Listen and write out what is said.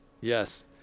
Yes